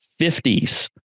50s